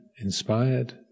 inspired